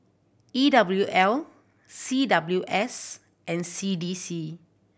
E W L C W S and C D C